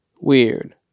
weird